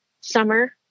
summer